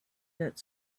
that